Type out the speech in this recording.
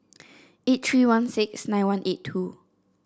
eight three one six nine one eight two